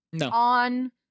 on